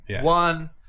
One